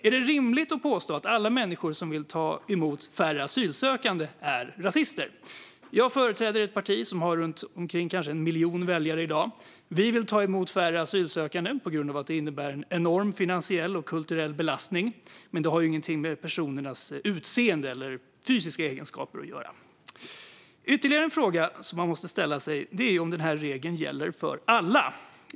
Är det rimligt att påstå att alla som vill ta emot färre asylsökande är rasister? Jag företräder ett parti som har omkring 1 miljon väljare i dag. Vi vill ta emot färre asylsökande på grund av att det innebär en enorm finansiell och kulturell belastning. Men det har inget med personernas utseende eller fysiska egenskaper att göra. Nästa fråga man måste ställa sig är om den här regeln gäller alla.